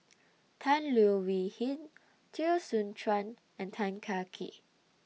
Tan Leo Wee Hin Teo Soon Chuan and Tan Kah Kee